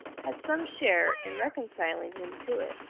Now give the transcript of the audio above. had some share in reconciling him to it.